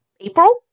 April